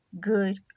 good